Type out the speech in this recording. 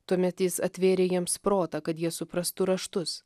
tuomet jis atvėrė jiems protą kad jie suprastų raštus